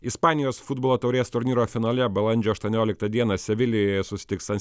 ispanijos futbolo taurės turnyro finale balandžio aštuonioliktą dieną sevilijoje susitiks san